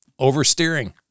oversteering